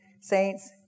Saints